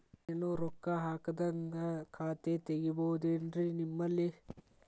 ಏನು ರೊಕ್ಕ ಹಾಕದ್ಹಂಗ ಖಾತೆ ತೆಗೇಬಹುದೇನ್ರಿ ನಿಮ್ಮಲ್ಲಿ?